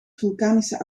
vulkanische